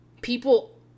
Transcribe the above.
people